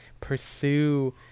pursue